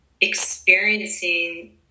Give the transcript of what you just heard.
experiencing